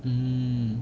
mm